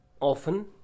often